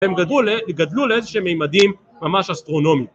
‫הם גדלו לאיזה שהם ממדים ‫ממש אסטרונומיים.